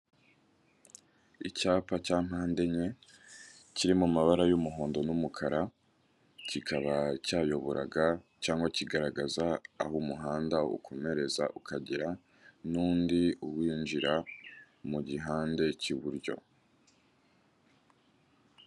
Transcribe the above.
Icyapa cya mpande enye, kiri mu mabara y'umuhondo n'umukara, kikaba cyayoboraga cyangwa kigaragaza aho umuhanda ukomereza ukagira n'undi uwinjira mu gihande cy'iburyo.